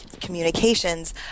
communications